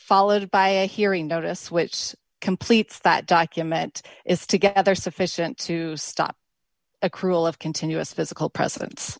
followed by a hearing notice which completes that document is to get there sufficient to stop a cruel of continuous physical presence